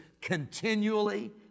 continually